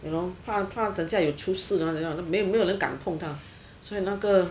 you know 怕怕等下有出事没没有人敢碰它所以那个